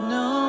no